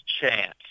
chance